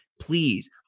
Please